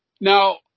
now